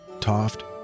Toft